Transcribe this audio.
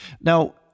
now